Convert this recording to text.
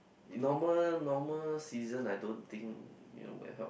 normal normal season I don't think will help